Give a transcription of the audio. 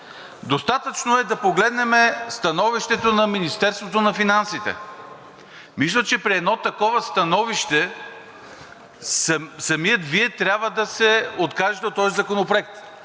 Достатъчно е да погледнем становището на Министерството на финансите. Мисля, че при едно такова становище самият Вие трябва да се откажете от този законопроект.